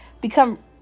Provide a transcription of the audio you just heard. become